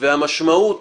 המשמעות